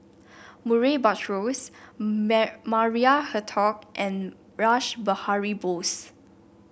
Murray Buttrose Maria Hertogh and Rash Behari Bose